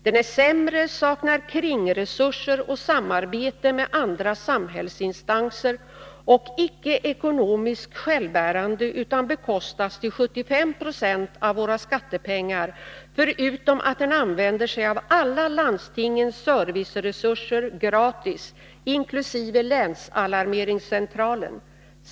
Den är sämre, den saknar kringresurser och samarbete med andra samhällsinstanser, och den är icke ekonomiskt självbärande utan bekostas till 75 90 av våra skattepengar, förutom att den använder sig av alla landstingens serviceresurser gratis, inkl. länsalarmeringscentralen.